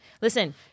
listen